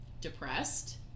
depressed